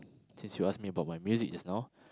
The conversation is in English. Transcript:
since you ask me about my music just now